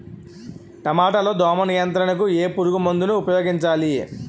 టమాటా లో దోమ నియంత్రణకు ఏ పురుగుమందును ఉపయోగించాలి?